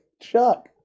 Chuck